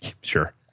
Sure